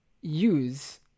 use